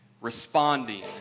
responding